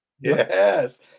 Yes